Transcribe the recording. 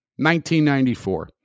1994